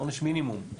עונש מינימום,